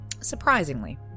Surprisingly